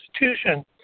institution